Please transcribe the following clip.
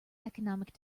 economic